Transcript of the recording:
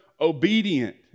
obedient